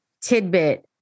tidbit